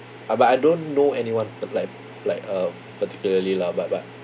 uh but I don't know anyone but like like uh particularly lah but but